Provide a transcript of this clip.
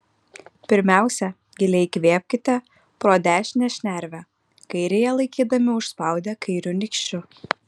pirmiausia giliai įkvėpkite pro dešinę šnervę kairiąją laikydami užspaudę kairiu nykščiu